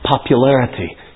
popularity